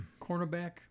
cornerback